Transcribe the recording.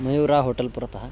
मयूरः hotel पुरतः